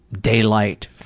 daylight